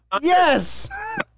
Yes